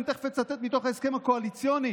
אני תכף אצטט מתוך ההסכם הקואליציוני,